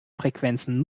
frequenzen